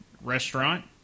restaurant